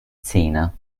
zähne